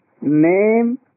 name